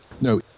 No